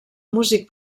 músic